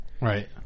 Right